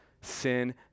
sin